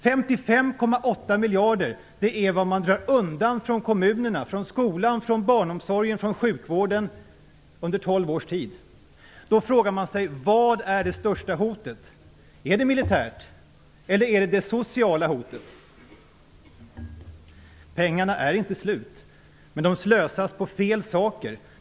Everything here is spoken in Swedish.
55,8 miljarder - det är vad man drar undan från kommunerna, från skolan, från barnomsorgen, från sjukvården under tolv års tid. Då frågar man sig: Vilket är det största hotet? Är det militärt? Eller är det sociala hotet det största? Pengarna är inte slut, men de slösas på fel saker.